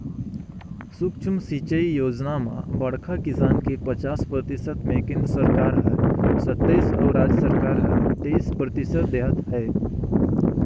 सुक्ष्म सिंचई योजना म बड़खा किसान के पचास परतिसत मे केन्द्र सरकार हर सत्तइस अउ राज सरकार हर तेइस परतिसत देहत है